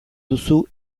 duzu